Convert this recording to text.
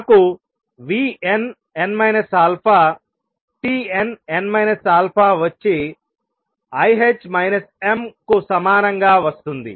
నాకు vnn Cnn α వచ్చి im కు సమానంగా వస్తుంది